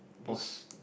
boss